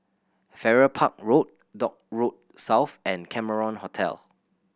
Farrer Park Road Dock Road South and Cameron Hotel